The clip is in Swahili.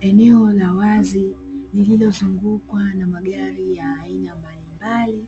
Eneo la wazi lilizongukwa na magari ya aina mbalimbali,